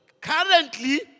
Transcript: currently